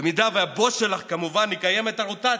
אם הבוס שלך כמובן יקיים את הרוטציה,